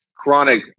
chronic